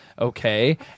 okay